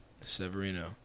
Severino